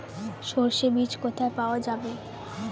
সর্ষে বিজ কোথায় পাওয়া যাবে?